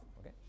okay